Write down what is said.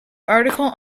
article